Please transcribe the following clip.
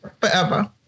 forever